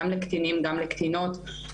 גם לקטינים ולקטינות,